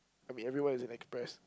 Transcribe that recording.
I mean everyone is an express